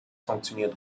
funktioniert